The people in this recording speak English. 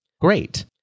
great